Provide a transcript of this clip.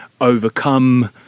overcome